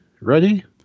ready